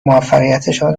موفقیتشان